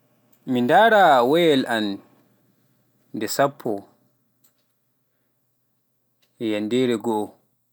mi ndara waayawal an nde sappo e yanndere goo.